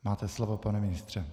Máte slovo, pane ministře.